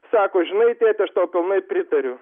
sako žinai tėti aš tau pilnai pritariu